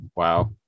Wow